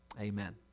Amen